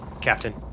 Captain